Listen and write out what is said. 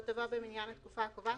לא תבוא במניין התקופה הקובעת,